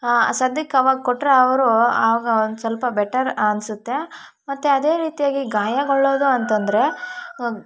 ಸದ್ಯಕ್ಕೆ ಅವಾಗ ಕೊಟ್ಟರೆ ಅವರು ಆಗ ಒಂದು ಸ್ವಲ್ಪ ಬೆಟರ್ ಅನ್ನಿಸುತ್ತೆ ಮತ್ತು ಅದೇ ರೀತಿಯಾಗಿ ಗಾಯಗೊಳ್ಳೋದು ಅಂತಂದರೆ